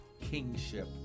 kingship